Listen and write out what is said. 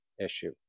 issue